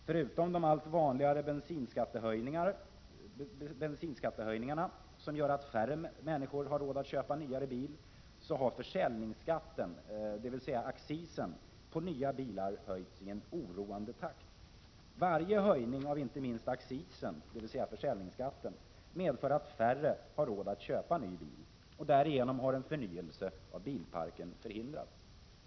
Förutom de allt vanligare bensinskattehöjningarna som gör att färre människor har råd att köpa nyare bil, så har försäljningsskatten, dvs. accisen, på nya bilar höjts i en oroande takt. Varje höjning av inte minst accisen medför att färre människor har råd att köpa ny bil, och därigenom har en förnyelse av bilparken förhindrats.